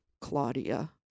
Claudia